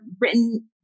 written